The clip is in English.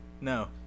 No